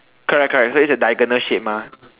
correct correct so it's a diagonal mah